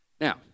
Now